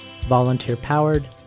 volunteer-powered